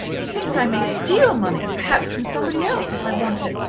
he thinks i may steal money, perhaps, from somebody else, if i want it,